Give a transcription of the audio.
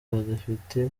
abadepite